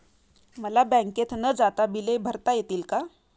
मला बँकेत न जाता बिले भरता येतील का?